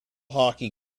hockey